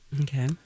Okay